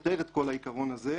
סותר את כל העיקרון הזה,